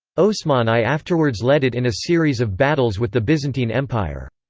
osman i afterwards led it in a series of battles with the byzantine empire.